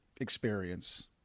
experience